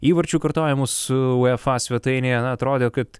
įvarčių kartojamus su uefa svetainėje na atrodė kad